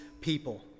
people